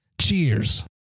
Cheers